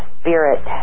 spirit